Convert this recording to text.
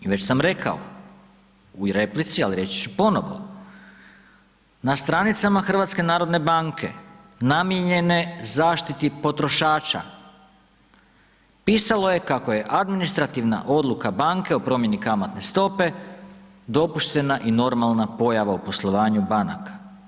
I već sam rekao u replici ali reći ću i ponovno, na stranicama HNB-a namijenjene zaštiti potrošača pisalo je kako je administrativna odluka banke o promjeni kamatne stope dopuštena i normalna pojava u poslovanju banaka.